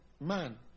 Man